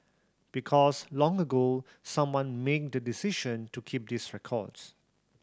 because long ago someone made the decision to keep these records